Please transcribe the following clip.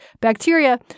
bacteria